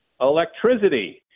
Electricity